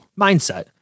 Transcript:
mindset